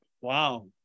Wow